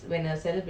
ya